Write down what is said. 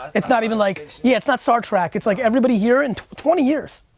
it's not even like, yeah, it's not star trek. it's like everybody here in twenty years,